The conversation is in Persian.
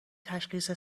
تشخیص